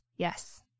Yes